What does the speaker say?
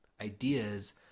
ideas